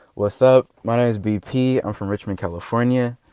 what's up? my name is bp. i'm from richmond, california.